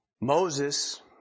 Moses